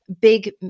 big